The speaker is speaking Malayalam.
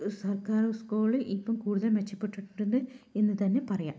സര്ക്കാര് സ്കൂൾ ഇപ്പം കുടൂതല് മെച്ചപ്പെട്ടിട്ടുണ്ട് എന്ന് തന്നെ പറയാം